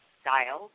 style